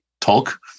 talk